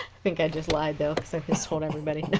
think i just lied though cuz i just told everybody